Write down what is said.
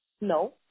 No